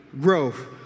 growth